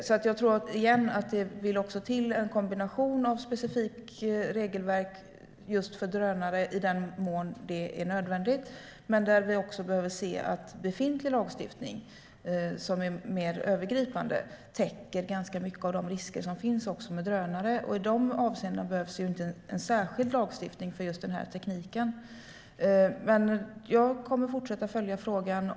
Jag tror alltså, återigen, att det vill till en kombination av ett specifikt regelverk för drönare - i den mån det är nödvändigt - och av att vi ser till att befintlig lagstiftning, som är mer övergripande, även täcker ganska många av de risker som finns med drönare. I de avseendena behövs ju inte en särskild lagstiftning för just den här tekniken. Jag kommer dock att fortsätta följa frågan.